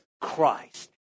Christ